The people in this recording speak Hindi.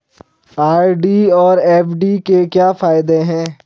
आर.डी और एफ.डी के क्या फायदे हैं?